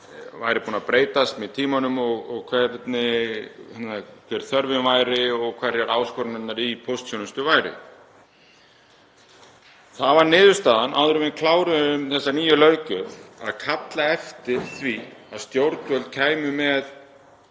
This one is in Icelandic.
væri búin að breytast með tímanum, hver þörfin væri og hverjar áskoranirnar í póstþjónustu væru. Það var niðurstaðan, áður en við kláruðum þessa nýju löggjöf, að kalla eftir því að stjórnvöld kæmu með